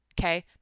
Okay